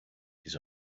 his